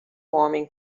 homem